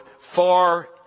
far